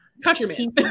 countryman